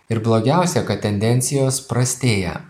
ir blogiausia kad tendencijos prastėja